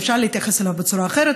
שאפשר להתייחס אליו בצורה אחרת,